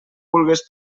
vulgues